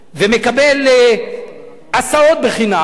ומקבל הסעות בחינם,